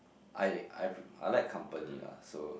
I I pre~ I like company lah so